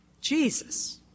Jesus